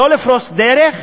לא לפרוץ דרך,